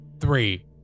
Three